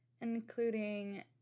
including